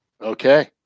Okay